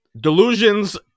Delusions